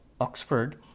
Oxford